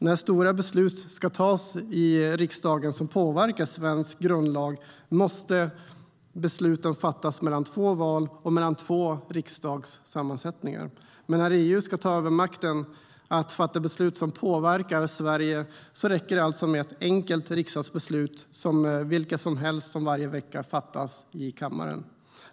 När stora beslut som påverkar svensk grundlag ska fattas i riksdagen måste besluten fattas mellan två val och mellan två riksdagssammansättningar. Men när EU ska ta över makten att fatta beslut som påverkar Sverige räcker det alltså med ett enkelt riksdagsbeslut som vilket som helst av dem som varje vecka fattas i kammaren.